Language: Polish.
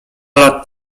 lat